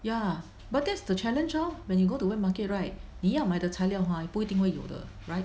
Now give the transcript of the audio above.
ya but that's the challenge lor when you go to wet market right 你要买的材料 !huh! 不一定会有的 right